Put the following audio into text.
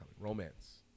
romance